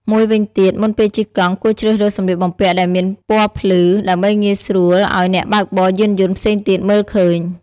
មួយវិញទៀត មុនពេលជិះកង់គួរជ្រើសរើសសម្លៀកបំពាក់ដែលមានពណ៌ភ្លឺ ដើម្បីងាយស្រួលឱ្យអ្នកបើកបរយានយន្តផ្សេងទៀតមើលឃើញ។